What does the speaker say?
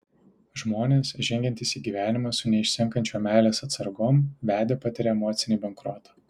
žmonės žengiantys į gyvenimą su neišsenkančiom meilės atsargom vedę patiria emocinį bankrotą